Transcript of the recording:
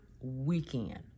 weekend